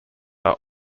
are